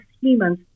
humans